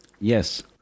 Yes